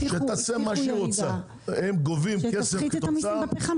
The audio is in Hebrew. הבטיחו ירידה, שתפחית את המסים על הפחם.